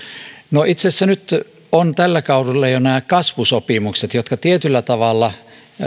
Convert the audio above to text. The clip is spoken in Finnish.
itse asiassa nyt on tällä kaudella jo nämä kasvusopimukset jotka tietyllä tavalla